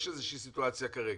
יש סיטואציה כרגע,